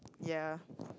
ya